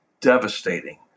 devastating